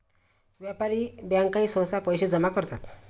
व्यापारी बँकाही सहसा पैसे जमा करतात